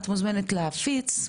את מוזמנת להפיץ,